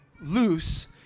loose